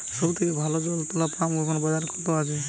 সব থেকে ভালো জল তোলা পাম্প এখন বাজারে কত আছে?